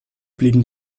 blieben